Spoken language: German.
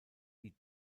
die